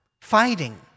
fighting